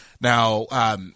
Now